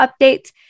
updates